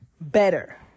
better